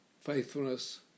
faithfulness